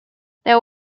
there